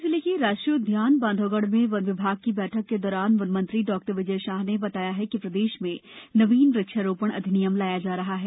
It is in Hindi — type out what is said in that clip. उमरिया जिले के राष्ट्रीय उद्यान बांधवगढ़ में वन विभाग की बैठक के दौरान वन मंत्री डाक्टर विजय शाह ने बताया कि प्रदेश में नवीन वृक्षारोपण अधिनियम लाया जा रहा है